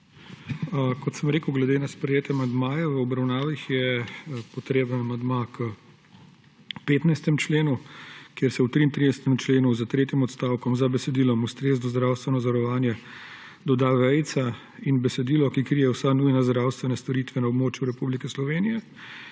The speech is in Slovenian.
Kot sem rekel, glede na sprejete amandmaje v obravnavi, je potreben amandma k 15. členu, kjer se v 33. členu za tretjim odstavkom za besedilom »ustrezno zdravstveno zavarovanje« doda vejica in besedilo »ki krije vse nujne zdravstvene storitve na območju Republike Slovenije«.